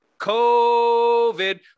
covid